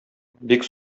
бик